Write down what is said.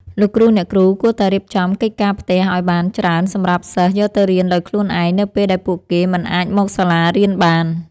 លោកគ្រូអ្នកគ្រូគួរតែរៀបចំកិច្ចការផ្ទះឱ្យបានច្រើនសម្រាប់សិស្សយកទៅរៀនដោយខ្លួនឯង នៅពេលដែលពួកគេមិនអាចមកសាលារៀនបាន។